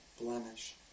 blemish